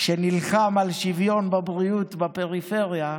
שנלחם על שוויון בבריאות, בפריפריה,